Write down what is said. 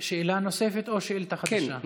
שאלה נוספת או שאילתה חדשה?